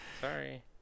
Sorry